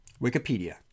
Wikipedia